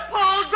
Paul